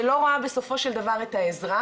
שלא רואה בסופו של דבר את האזרח,